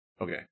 Okay